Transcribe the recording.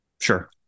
Sure